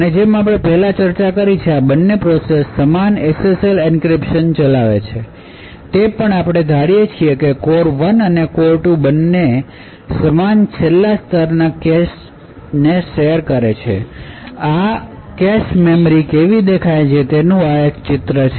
અને જેમ આપણે પહેલા ચર્ચા કરી છે આ બંને પ્રોસેસ સમાન SSL એન્ક્રિપ્શન ચલાવે છે તે પણ આપણે ધારીએ છીએ કે કોર 1 અને કોર બંને 2 સમાન છેલ્લા સ્તરના કેશ ને શેર કરે છે આ કેશ મેમરી કેવી દેખાય છે તેનું એક આ એક ચિત્ર છે